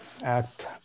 act